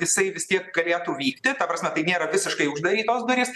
jisai vis tiek galėtų vykti ta prasme tai nėra visiškai uždarytos durys